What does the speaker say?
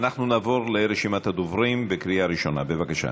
אנחנו נעבור לרשימת הדוברים בקריאה ראשונה, בבקשה.